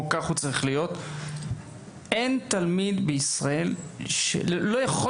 צריך להיות ברור שזה לא יכול להיות תלוי רק בזה.